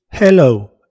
hello